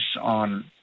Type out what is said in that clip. on